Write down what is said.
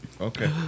Okay